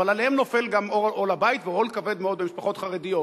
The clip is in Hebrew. אבל עליהן נופל גם עול הבית ועול כבד מאוד במשפחות חרדיות.